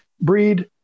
breed